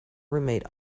roommate